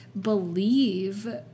believe